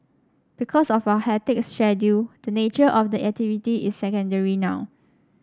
because of our hectic schedule the nature of the activity is secondary now